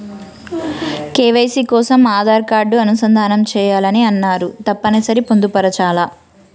KYC కోసం Aadhaar card అనుసంధానం చేయాలని అన్నరు తప్పని సరి పొందుపరచాలా?